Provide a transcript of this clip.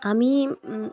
আমি